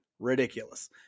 Ridiculous